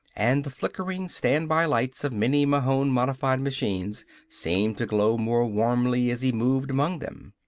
and the flickering standby lights of many mahon-modified machines seemed to glow more warmly as he moved among them.